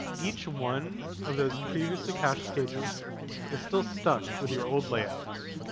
each one of those previously-cached pages is still stuck with your old layouts.